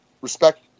respect